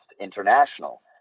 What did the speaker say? International